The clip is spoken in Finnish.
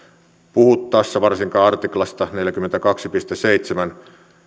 puhuttaessa varsinkaan artiklasta neljäkymmentäkaksi piste seitsemän